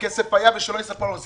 הכסף היה, ושלא יספרו לנו סיפורים.